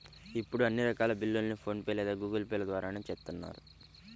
ఇప్పుడు అన్ని రకాల బిల్లుల్ని ఫోన్ పే లేదా గూగుల్ పే ల ద్వారానే చేత్తన్నారు